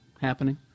happening